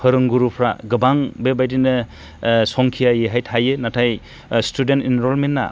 फोरोंगुरुफ्रा गोबां बेबायदिनो संखियायैहाय थायो नाथाय स्टुडेन्ट इनरलमेन्ट आ